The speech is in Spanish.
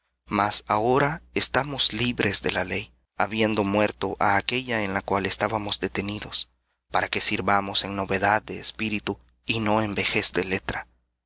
mas ahora estamos libres de la ley habiendo muerto á aquella en la cual estábamos detenidos para que sirvamos en novedad de espíritu y no en vejez de letra